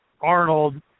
Arnold